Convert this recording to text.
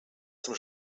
zum